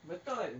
betul